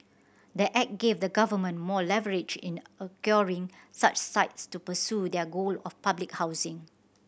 the act gave the government more leverage in acquiring such sites to pursue their goal of public housing